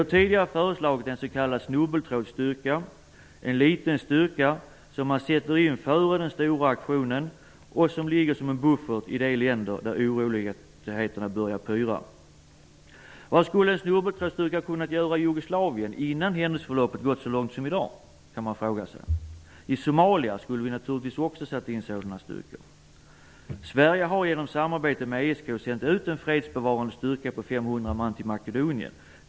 Vi har tidigare föreslagit en s.k. snubbeltrådsstyrka -- en liten styrka som man sätter in före den stora aktionen och som ligger som en buffert i de länder där oroligheterna börjar pyra. Vad skulle en snubbeltrådsstyrka ha kunnat göra i Jugoslavien, innan händelseförloppet gått så långt som i dag? Det kan man fråga sig. I Somalia skulle naturligtvis sådana styrkor också sättas in. Sverige har genom samarbete med ESK sänt ut en fredsbevarande styrka på 500 man till Makedonien.